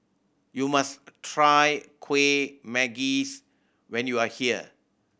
you must try Kueh Manggis when you are here